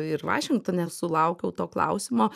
ir vašingtone sulaukiau to klausimo